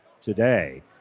today